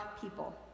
people